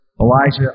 Elijah